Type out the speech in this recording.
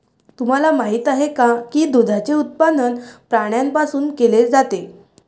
तुम्हाला माहित आहे का की दुधाचे उत्पादन प्राण्यांपासून केले जाते?